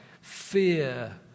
fear